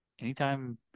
anytime